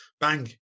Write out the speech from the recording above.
bang